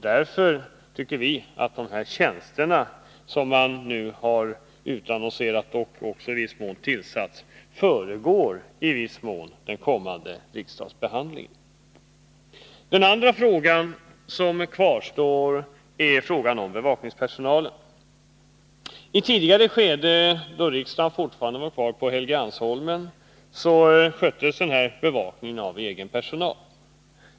Därför tycker vi att dessa tjänster, som man har utannonserat och även i viss utsträckning tillsatt, föregår den kommande riksdagsbehandlingen. Den andra frågan som kvarstår gäller bevakningspersonalen. I ett tidigare skede, då riksdagen fortfarande låg på Helgeandsholmen, sköttes bevakningen av riksdagens egen personal.